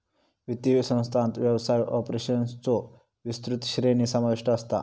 वित्तीय संस्थांत व्यवसाय ऑपरेशन्सचो विस्तृत श्रेणी समाविष्ट असता